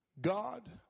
God